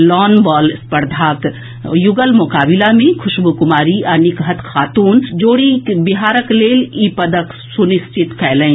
lawn ball स्पर्धाक युगल मोकाबिला मे खुशबू कुमारी आ निकहत खातूनक जोड़ी बिहारक लेल इ पदक सुनिश्चित कयलनि